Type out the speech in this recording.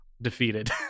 defeated